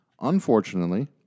Unfortunately